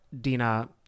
Dina